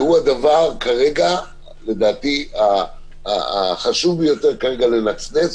שהיא הדבר כרגע לדעתי החשוב ביותר כרגע לנצנץ